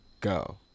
go